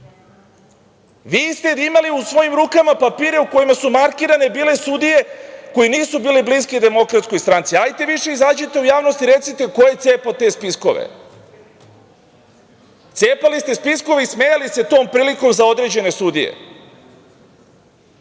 ste imali u svojim rukama papire u kojima su bile markirane sudije koji nisu bili bliski DS. Ajte više izađite u javnost i recite ko je cepao te spiskove. Cepali ste spiskove i smejali se tom prilikom za određene sudije.